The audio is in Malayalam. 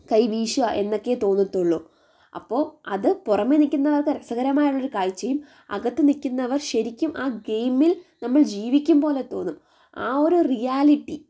കൈ വീശുകയാണ് എന്നൊക്കെ തോന്നുകയുള്ളൂ അപ്പോൾ അത് പുറമേ നിൽക്കുന്നവർക്ക് രസകരമായുള്ളൊരു കാഴ്ചയും അകത്ത് നിൽക്കുന്നവർ ശരിക്കും ആ ഗെയിമിൽ നമ്മൾ ജീവിക്കും പോലെ തോന്നും ആ ഒരു റിയാലിറ്റി